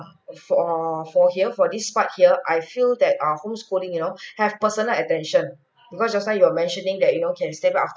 for for here for this part here I feel that err home schooling you know have personal attention because just now you were mentioning that you know can stay back after